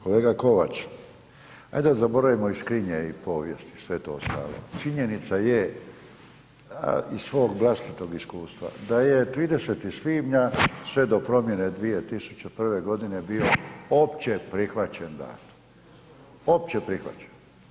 Kolega Kovač, ajde da zaboravimo iz škrinje i povijesti sve to ostalo, činjenica je iz svog vlastitog iskustva da je 30. svibnja sve do promjene 2001. godine bio opće prihvaćen dan, opće prihvaćen.